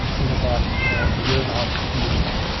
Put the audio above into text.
in about a year and a half to two years time.